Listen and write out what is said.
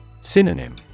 Synonym